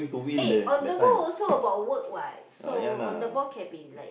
aye on the ball also about the work what so on the ball can be like